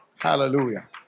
Hallelujah